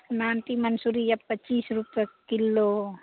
नाटी मंसूरी यऽ पच्चीस रूपए किलो